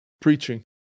preaching